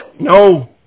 No